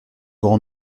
grand